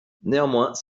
néanmoins